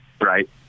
right